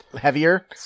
heavier